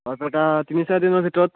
বৰপেটা তিনি চাৰিদিনৰ ভিতৰত